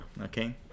okay